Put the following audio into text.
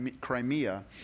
Crimea